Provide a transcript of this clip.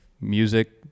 music